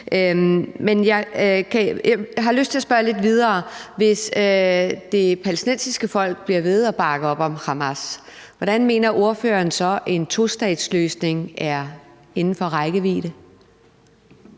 Men jeg har lyst til at spørge lidt videre: Hvis det palæstinensiske folk bliver ved at bakke op om Hamas, hvordan mener ordføreren så at en tostatsløsning er inden for rækkevidde?